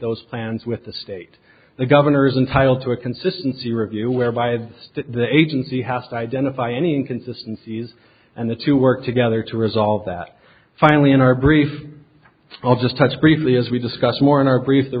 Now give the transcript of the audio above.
those plans with the state the governor's entitled to a consistency review whereby the agency has to identify any inconsistency and the to work together to resolve that finally in our brief i'll just touch briefly as we discuss more in our brief the